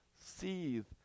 seethe